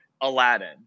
aladdin